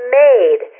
made